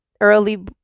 early